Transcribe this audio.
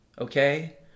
okay